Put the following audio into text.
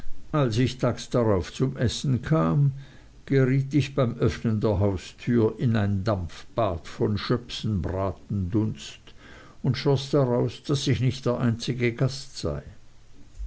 als ich tags darauf zum essen kam geriet ich beim öffnen der haustüre in ein dampfbad von schöpfenbratendunst und schloß daraus daß ich nicht der einzige gast sei